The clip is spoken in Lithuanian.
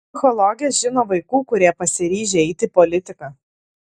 psichologė žino vaikų kurie pasiryžę eiti į politiką